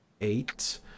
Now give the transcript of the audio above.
Eight